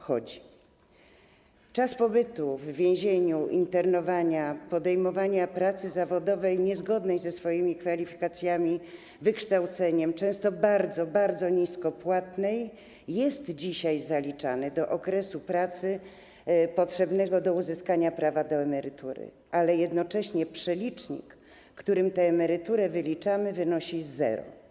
Czas pobytu w więzieniu, internowania, podejmowania pracy zawodowej niezgodnej ze swoimi kwalifikacjami, wykształceniem, często bardzo, bardzo nisko płatnej jest dzisiaj zaliczany do okresu pracy potrzebnego do uzyskania prawa do emerytury, ale jednocześnie przelicznik, za pomocą którego wyliczamy tę emeryturę, wynosi zero.